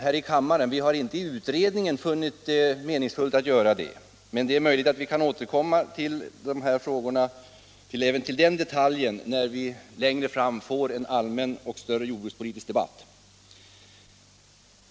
Vi har inte heller i utredningen funnit det meningsfullt att göra detta, men det är möjligt att vi kan återkomma till även den detaljen när vi längre fram får en större och mera allmän jordbrukspolitisk debatt.